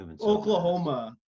Oklahoma